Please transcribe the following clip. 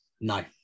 no